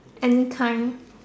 any kind